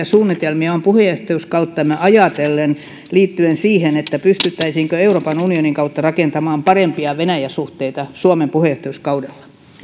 suunnitelmia on puheenjohtajuuskauttamme ajatellen liittyen siihen pystyttäisiinkö euroopan unionin kautta rakentamaan parempia venäjä suhteita suomen puheenjohtajuuskaudella